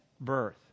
birth